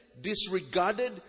disregarded